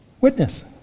witness